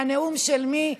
מהנאום של מי?